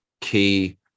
key